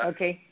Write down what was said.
Okay